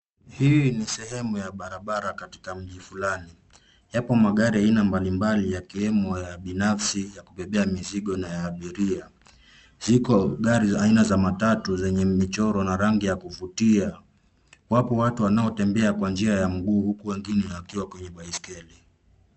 Hii ni sehemu ya barabara katika mji fulani. Yapo magari ya aina mbalimbali yakiwemo ya binafsi, ya kubebea mizigo na ya abiria. Ziko gari za aina za matatu zenye michoro na rangi ya kuvutia. Wapo watu wanaotembea kwa njia ya mguu huku wengine wakiwa kwenye baisikeli.